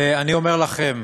ואני אומר לכם,